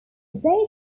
data